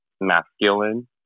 masculine